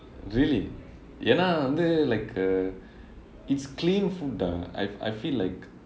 really ஏனா வந்து:yaennaa vanthu like uh it's clean food dah I I feel like